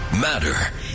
matter